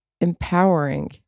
empowering